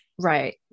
Right